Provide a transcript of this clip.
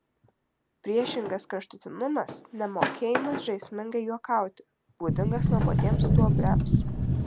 priešingas kraštutinumas nemokėjimas žaismingai juokauti būdingas nuobodiems stuobriams